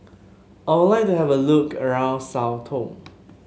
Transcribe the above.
I would like to have a look around Sao Tome